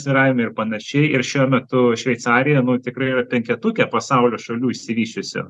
svyravimai ir panašiai ir šiuo metu šveicarija tikrai yra penketuke pasaulio šalių išsivysčiusių